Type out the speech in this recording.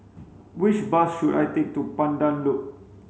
which bus should I take to Pandan Loop